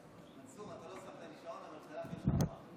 מנסור, לא שמת לי שעון, אבל סלחתי לך הפעם.